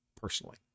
personally